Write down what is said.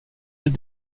elle